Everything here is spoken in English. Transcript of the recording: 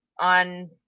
on